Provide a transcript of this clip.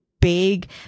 big